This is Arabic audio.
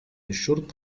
الشرطة